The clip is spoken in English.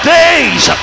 days